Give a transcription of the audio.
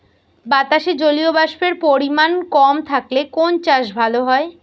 বাতাসে জলীয়বাষ্পের পরিমাণ কম থাকলে কোন চাষ ভালো হয়?